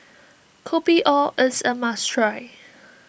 Kopi O is a must try